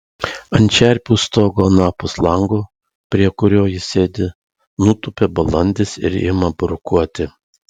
ant čerpių stogo anapus lango prie kurio ji sėdi nutūpia balandis ir ima burkuoti